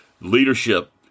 Leadership